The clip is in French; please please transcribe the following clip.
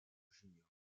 juniors